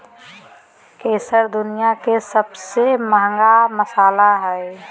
केसर दुनिया के सबसे महंगा मसाला हइ